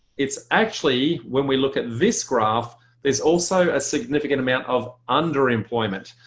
it's actually when we look at this graph there's also a significant amount of underemployment.